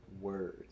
word